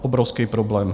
Obrovský problém.